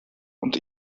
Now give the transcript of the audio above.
und